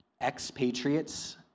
expatriates